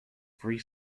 free